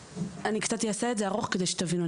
אני אעשה את זה ארוך כדי שתבינו.